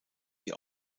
wie